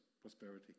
prosperity